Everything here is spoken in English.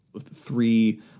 three